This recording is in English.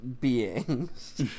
beings